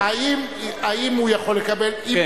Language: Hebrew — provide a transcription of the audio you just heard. --------- האם הוא יכול לקבל --- כן.